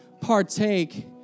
partake